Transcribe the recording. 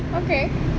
okay